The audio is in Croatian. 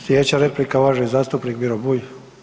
Slijedeća replika uvaženi zastupnik Miro Bulj.